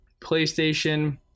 PlayStation